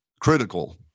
critical